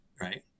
Right